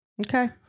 Okay